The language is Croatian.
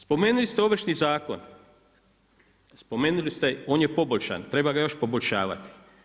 Spomenuli ste Ovršni zakon, spomenuli ste on je poboljšan, treba ga još poboljšavati.